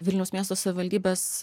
vilniaus miesto savivaldybės